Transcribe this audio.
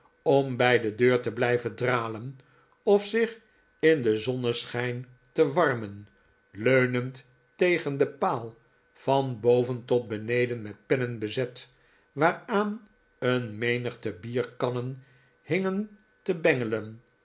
om bij de deur te blijven dralen of zich in den zonneschijn te warmen leunend tegen den paal van boven tot beneden met pennen bezet waaraan een menigte bierkannen hingen te bengelen